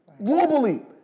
globally